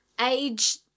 age